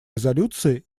резолюции